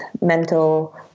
mental